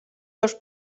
los